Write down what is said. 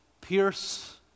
pierce